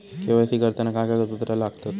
KYC करताना काय कागदपत्रा लागतत?